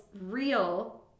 real